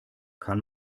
kann